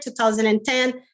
2010